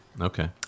Okay